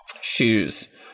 Shoes